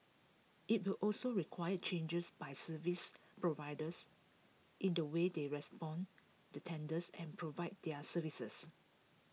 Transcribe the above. IT will also require changes by service providers in the way they respond to tenders and provide their services